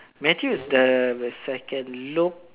Matthew is the second Luke